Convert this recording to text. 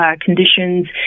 conditions